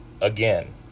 Again